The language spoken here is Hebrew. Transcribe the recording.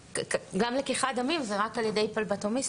גם לקיחת דמים היא רק על ידי פלבוטומיסט,